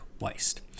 waste